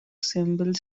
symbols